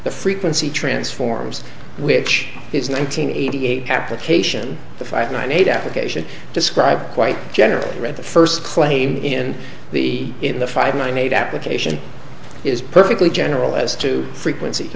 the frequency transforms which is nine hundred eighty eight application the five ninety eight allocation described quite generally read the first claim in the in the five minute application is perfectly general as to frequenc